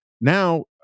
Now